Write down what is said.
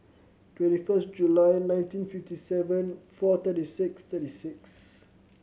twenty first July nineteen fifty seven four thirty six thirty six